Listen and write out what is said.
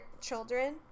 children